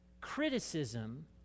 criticism